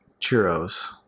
churros